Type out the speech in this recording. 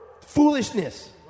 foolishness